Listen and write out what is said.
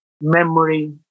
memory